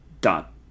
dot